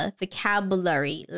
vocabulary